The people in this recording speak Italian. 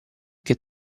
che